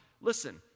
Listen